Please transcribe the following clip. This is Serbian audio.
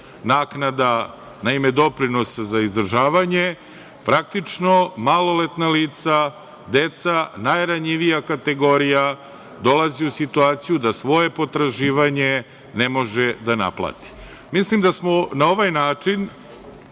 naknada na ime doprinosa za izdržavanje, praktično maloletna lica, deca, najranjivija kategorija dolazi u situaciju da svoje potraživanje ne može da naplati. Mislim da smo na ovaj način